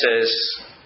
says